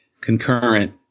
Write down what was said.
concurrent